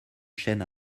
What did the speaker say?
chaînes